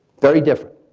very different.